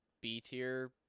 B-tier